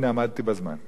הנה, עמדתי בזמן.